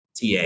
TA